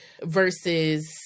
versus